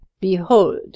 behold